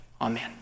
Amen